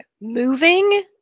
moving